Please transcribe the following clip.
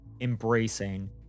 embracing